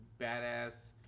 badass